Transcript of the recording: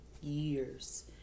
years